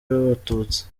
b’abatutsi